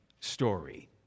story